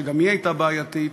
שגם היא הייתה בעייתית,